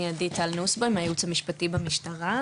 אני עדי טל נוסבאום מהייעוץ המשפטי במשטרה,